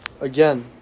Again